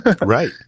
Right